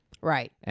Right